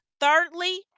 Thirdly